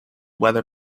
weather